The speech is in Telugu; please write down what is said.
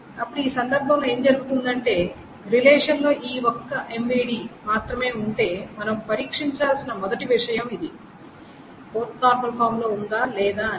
ఇప్పుడు ఈ సందర్భంలో ఏమి జరుగుతుందంటే రిలేషన్లో ఈ ఒక్క MVD మాత్రమే ఉంటే మనం పరీక్షించాల్సిన మొదటి విషయం ఇది 4NF లో ఉందా లేదా అనేది